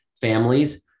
families